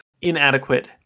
inadequate